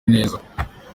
neza